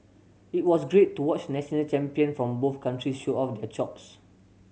it was great to watch national champion from both countries show off their chops